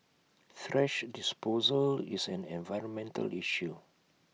thrash disposal is an environmental issue